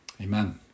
Amen